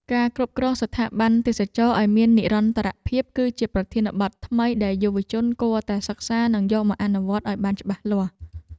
ការគ្រប់គ្រងស្ថាប័នទេសចរណ៍ឱ្យមាននិរន្តរភាព គឺជាប្រធានបទថ្មីដែលយុវជនគួរតែសិក្សានិងយកមកអនុវត្តឱ្យបានច្បាស់លាស់។